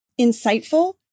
insightful